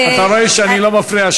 אתה רואה שאני לא מפריע,